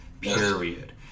period